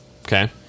Okay